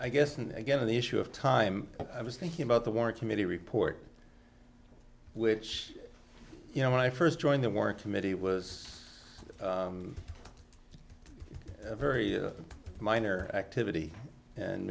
i guess and again the issue of time i was thinking about the war committee report which you know when i first joined the war committee was a very minor activity and